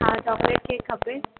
हा chocolate cake खपे